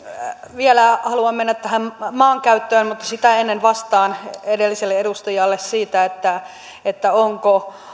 vielä haluan mennä tähän maankäyttöön mutta sitä ennen vastaan edelliselle edustajalle siitä